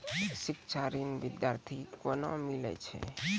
शिक्षा ऋण बिद्यार्थी के कोना मिलै छै?